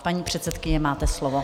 Paní předsedkyně, máte slovo.